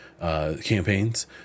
campaigns